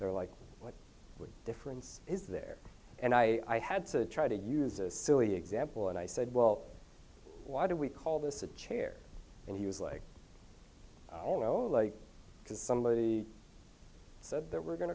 they're like what difference is there and i had to try to use a silly example and i said well why do we call this a chair and he was like all old like because somebody so there we're going